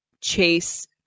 chase